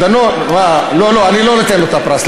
לא, אני לא נותן לו את הפרס.